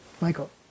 Michael